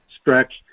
stretch